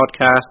Podcast